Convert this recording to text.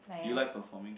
do you like performing